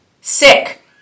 sick